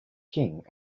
king